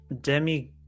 Demi